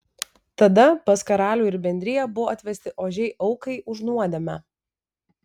tada pas karalių ir bendriją buvo atvesti ožiai aukai už nuodėmę